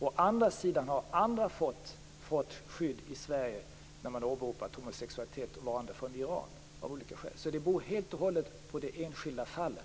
Å andra sidan har andra varande från Iran fått skydd i Sverige när de har åberopat homosexualitet. Det beror helt och hållet på det enskilda fallet.